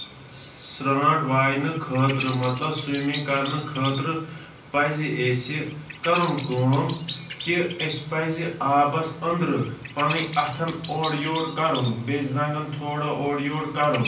سرانٹھ واینہٕ خٲطرٕ مطلب سُوِمنگ کرنہٕ خٲطرٕ پَزِ اَسہِ کَرُن کٲم کہِ اَسہِ پَزِ آبَس أندرٕ پَنٕنۍ اَتھن اورٕ یور کَرُن بیٚیہِ زنٛگن تھوڑا اورٕ یور کرُن